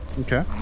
Okay